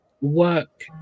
work